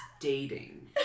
dating